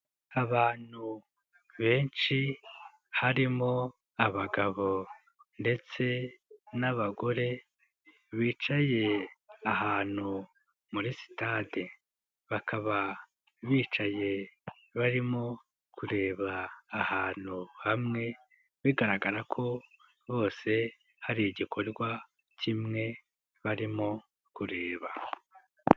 Abantu benshi harimo abagabo ndetse n'abagore bicaye ahantu muri sitade. Bakaba bicaye barimo kureba ahantu hamwe, bigaragara ko bose hari igikorwa kimwe barimo kureba.